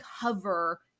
cover